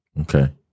Okay